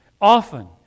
Often